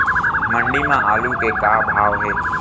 मंडी म आलू के का भाव हे?